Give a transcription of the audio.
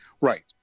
Right